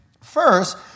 First